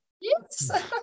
Yes